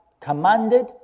commanded